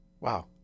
Wow